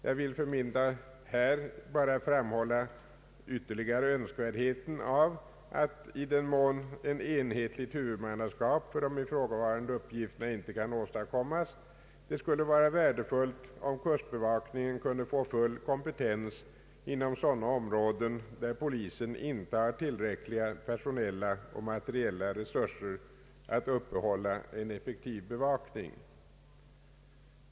Jag vill för min del här endast ytterligare framhålla att, i den mån ett enhetligt huvudmannaskap för de ifrågavarande uppgifterna inte kan åstadkommas, det skulle vara värdefullt om kustbevakningen kunde få full kompetens inom sådana områden där polisen inte har tillräckliga personella och materiella resurser att uppehålla en effektiv bevakning.